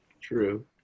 True